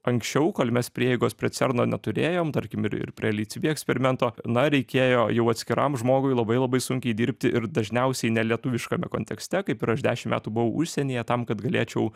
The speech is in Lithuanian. anksčiau kol mes prieigos prie cerno neturėjom tarkim ir ir prie lhcb eksperimento na reikėjo jau atskiram žmogui labai labai sunkiai dirbti ir dažniausiai ne lietuviškame kontekste kaip ir aš dešim metų buvau užsienyje tam kad galėčiau